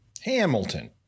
Hamilton